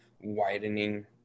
widening